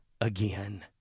again